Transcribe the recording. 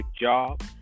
job